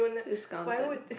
discounted